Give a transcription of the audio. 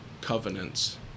covenants